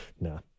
no